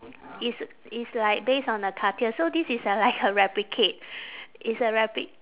it's it's like based on a cartier so this is a like a replicate it's a replic~